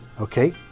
okay